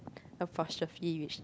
apostrophe which